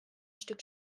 stück